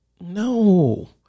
No